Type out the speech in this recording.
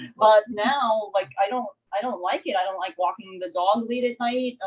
but now like i don't i don't like it. i don't like walking the dog late at night,